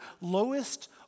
lowest